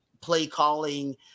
play-calling